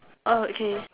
oh okay